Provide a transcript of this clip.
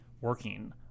working